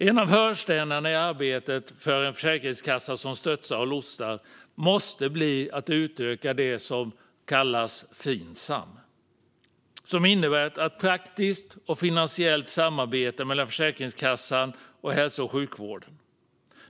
En av hörnstenarna i arbetet för en försäkringskassa som stöttar och lotsar måste bli att utöka det som kallas Finsam och som innebär ett praktiskt och finansiellt samarbete mellan Försäkringskassan och hälso och sjukvården.